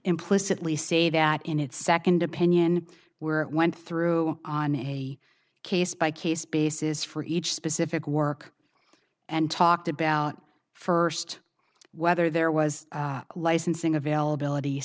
implicitly say that in its second opinion where it went through on a case by case basis for each specific work and talked about first whether there was licensing availability